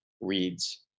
reads